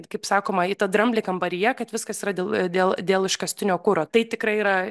kaip sakoma į tą dramblį kambaryje kad viskas yra dėl dėl dėl iškastinio kuro tai tikrai yra